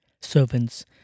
Servants